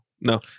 No